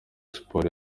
siporo